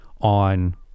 on